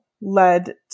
led